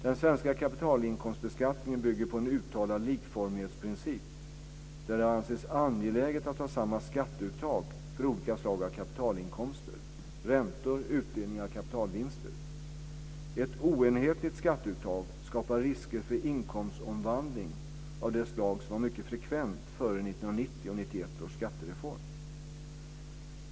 Den svenska kapitalinkomstbeskattningen bygger på en uttalad likformighetsprincip där det har ansetts angeläget att ha samma skatteuttag för olika slag av kapitalinkomster; räntor, utdelningar och kapitalvinster. Ett oenhetligt skatteuttag skapar risker för inkomstomvandling av det slag som var mycket frekvent före 1990/91 års skattereform.